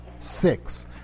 six